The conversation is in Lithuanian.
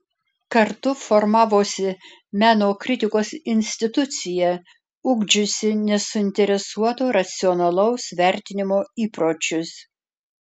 kartu formavosi meno kritikos institucija ugdžiusi nesuinteresuoto racionalaus vertinimo įpročius